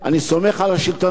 הם יודעים לעשות את העבודה,